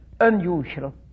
unusual